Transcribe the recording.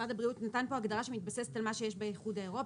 משרד הבריאות נתן כאן הגדרה שמתבססת על מה שיש באיחוד האירופי.